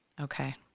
Okay